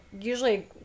usually